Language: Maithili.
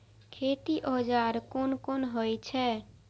खेती औजार कोन कोन होई छै?